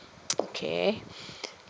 okay